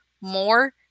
more